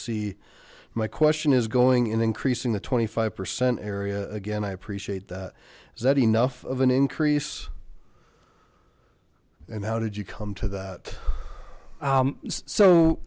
see my question is going in increasing the twenty five percent area again i appreciate that is that enough of an increase and how did you come to that